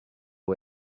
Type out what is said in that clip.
way